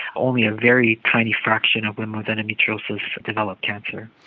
only a very tiny fraction of women with endometriosis develop cancer.